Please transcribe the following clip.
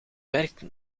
werkte